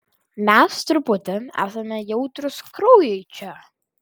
mes truputį esame jautrūs kraujui čia